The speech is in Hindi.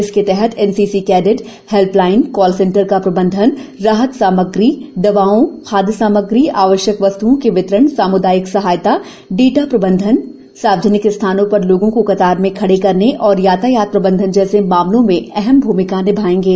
इसके तहत एनसीसी कैडेट हेल्पलाइनकॉल सेंटर का प्रबंधन राहत सामग्रीदवाओंखाद्य सामग्री आवश्यक वस्त्ओं के वितरण सामुदायिक सहायता डेटा प्रबंधन सार्वजनिक स्थानों पर लोगों को कतार में खडे करने और यातायात प्रबंधन जैसे मामलों में अहम् भूमिका निभाएंगे है